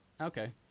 okay